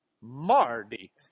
mardi